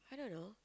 I don't know